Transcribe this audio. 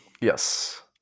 Yes